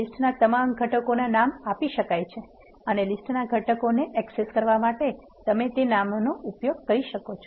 લીસ્ટના તમામ ઘટકોને નામ આપી શકાય છે અને લીસ્ટના ઘટકોને એક્સેસ કરવા માટે તમે તે નામોનો ઉપયોગ કરી શકો છો